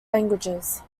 languages